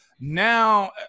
now